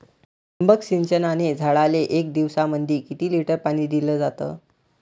ठिबक सिंचनानं झाडाले एक दिवसामंदी किती लिटर पाणी दिलं जातं?